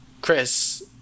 Chris